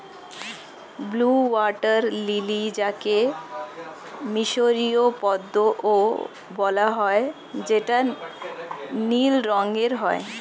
blue water lily যাকে মিসরীয় পদ্মও বলা হয় যেটা নীল রঙের হয়